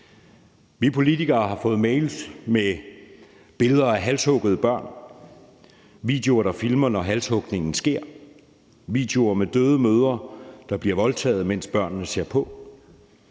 Vi politikere har fået mails med billeder af halshuggede børn, med videoer, hvor man filmer, når halshugningen sker, og videoer med døde mødre, der bliver voldtaget, mens børnene ser på.